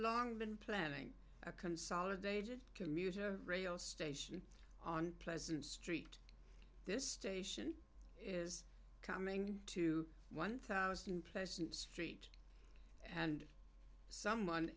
long been planning a consolidated commuter rail station on pleasant street this station is coming to one thousand pleasant street and someone